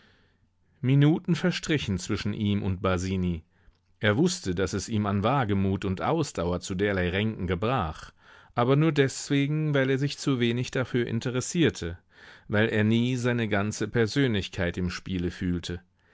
minuten verstrichen zwischen ihm und basini er wußte daß es ihm an wagemut und ausdauer zu derlei ränken gebrach aber nur deswegen weil er sich zu wenig dafür interessierte weil er nie seine ganze persönlichkeit im spiele fühlte